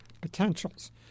potentials